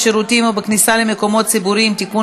בשירותים ובכניסה למקומות ציבוריים (תיקון